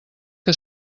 que